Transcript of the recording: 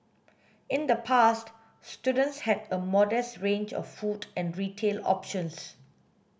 in the past students had a modest range of food and retail options